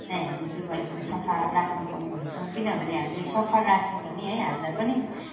नै हामीले के गर्नु पर्ने सफा राख्नु पर्ने हुन्छ किनभने हामीले सफा राख्यौँ भने है हामीलाई पनि